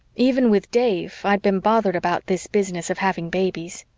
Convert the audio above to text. even with dave, i'd been bothered about this business of having babies.